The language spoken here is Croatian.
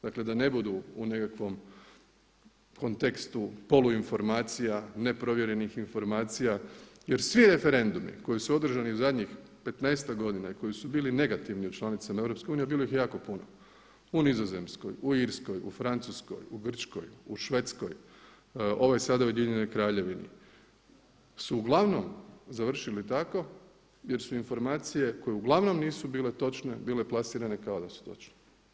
Dakle da ne budu u nekakvom kontekstu polu informacija, neprovjerenih informacija jer svi referendumi koji su održani zadnjih 15-ak godina i koji su bili negativni u članicama EU, bilo ih je jako puno, u Nizozemskoj, u Irskoj, u Francuskoj, u Grčkoj, u Švedskoj, ovaj sada u Ujedinjenoj Kraljevini su uglavnom završili tako jer su informacije, uglavnom nisu bile točne bile plasirane kao da su točne.